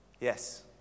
Yes